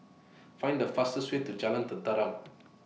Find The fastest Way to Jalan Tenteram